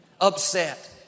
upset